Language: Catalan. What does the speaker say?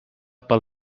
pel